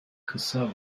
kısa